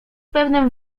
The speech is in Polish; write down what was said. pewnym